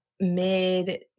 mid